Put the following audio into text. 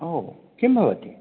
ओ किं भवति